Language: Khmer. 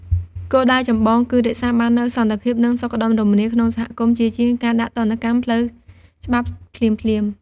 គោលដៅចម្បងគឺរក្សាបាននូវ សន្តិភាព និងសុខដុមរមនា ក្នុងសហគមន៍ ជាជាងការដាក់ទណ្ឌកម្មផ្លូវច្បាប់ភ្លាមៗ។